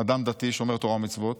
אדם דתי שומר תורה ומצוות,